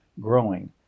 growing